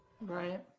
Right